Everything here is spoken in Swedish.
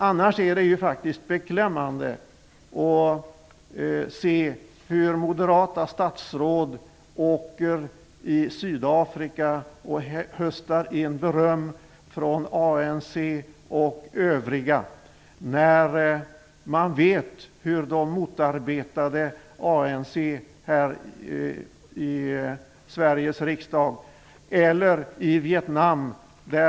Annars är det beklämmande att se hur moderata statsråd åker till Sydafrika och höstar in beröm från ANC och övriga, när vi vet hur de motarbetade ANC här i Sveriges riksdag. Detsamma gäller Vietnam.